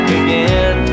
again